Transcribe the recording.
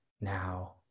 now